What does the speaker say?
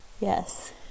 Yes